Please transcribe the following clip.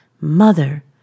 Mother